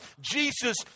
Jesus